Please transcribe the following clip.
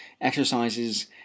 exercises